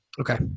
okay